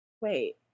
wait